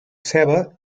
ceba